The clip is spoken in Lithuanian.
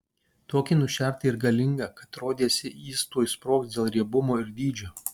tokį nušertą ir galingą kad rodėsi jis tuoj sprogs dėl riebumo ir dydžio